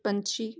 ਪੰਛੀ